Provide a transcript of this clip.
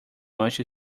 much